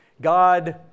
God